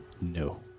No